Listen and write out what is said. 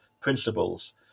principles